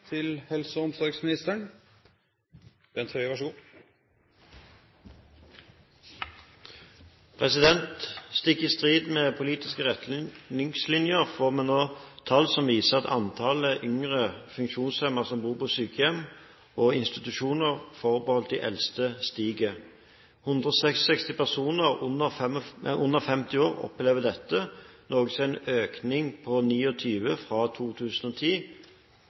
til rette for det. «Stikk i strid med politiske retningslinjer får vi nå tall som viser at antallet yngre funksjonshemmede som bor på sykehjem og institusjoner forbeholdt de eldste, stiger. 166 personer under 50 år opplever dette, en økning på 29 fra 2010.